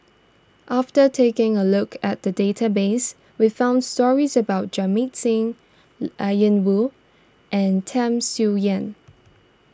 after taking a look at the database we found stories about Jamit Singh Ian Woo and Tham Sien Yen